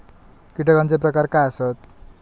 कीटकांचे प्रकार काय आसत?